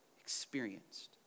experienced